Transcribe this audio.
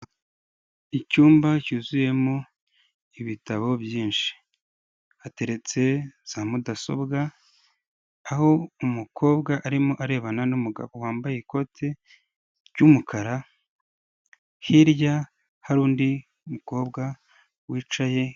Icyumba cyuzuyemo ibitabo byinshi, hateretse za mudasobwa aho umukobwa arimo arebana n'umugabo wambaye ikoti ry'umukara, hirya hari undi mukobwa wicaye...